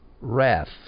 wrath